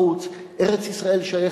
ארץ-ישראל.